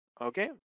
okay